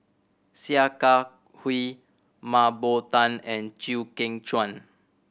Sia Kah Hui Mah Bow Tan and Chew Kheng Chuan